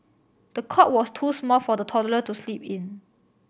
the cot was too small for the toddler to sleep in